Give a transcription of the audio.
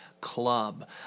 Club